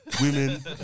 women